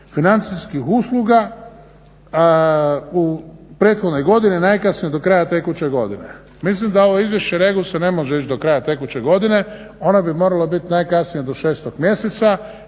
financijskih usluga u prethodnoj godini najkasnije do kraja tekuće godine. Mislim da ovo izvješće REGOS-a ne može ići do kraja tekuće godine ono bi moralo biti najkasnije do 6.mjeseca